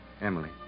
Emily